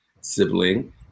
sibling